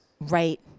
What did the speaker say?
right